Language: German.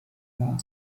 war